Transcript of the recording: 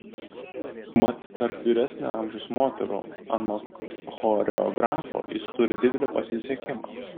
mat tarp vyresnio amžiaus moterų anot choreografo jis turi didelį pasisekimą